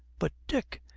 but, dick,